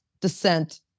descent